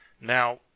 Now